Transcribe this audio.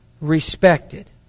respected